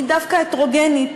היא דווקא הטרוגנית.